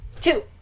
Two